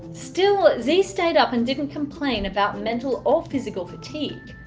still, z stayed up and didn't complain about mental or physical fatigue.